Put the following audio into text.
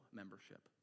membership